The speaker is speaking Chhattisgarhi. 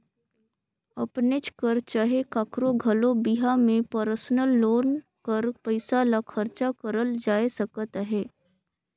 अपनेच कर चहे काकरो घलो बिहा में परसनल लोन कर पइसा ल खरचा करल जाए सकत अहे